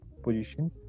position